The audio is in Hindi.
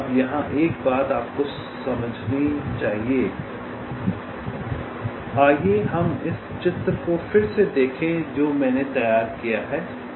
अब यहाँ एक बात आपको समझ में आती है आइए हम इस चित्र को फिर से देखें जो मैंने तैयार किया है